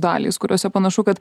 dalys kuriose panašu kad